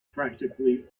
practically